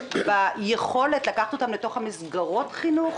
ביכולת לקחת אותם למסגרות חינוך,